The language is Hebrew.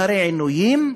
אחרי עינויים,